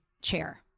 chair—